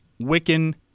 Wiccan